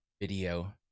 video